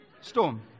Storm